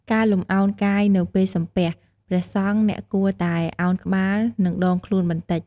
ការលំអោនកាយនៅពេលសំពះព្រះសង្ឃ អ្នកគួរតែឱនក្បាល និងដងខ្លួនបន្តិច។